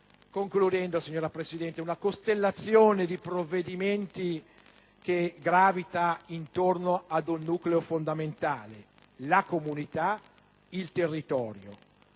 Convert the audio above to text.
concludendo, signora Presidente, si tratta di una costellazione di provvedimenti che gravita intorno ad un nucleo fondamentale: la comunità e il territorio.